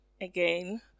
again